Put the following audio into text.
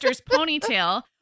ponytail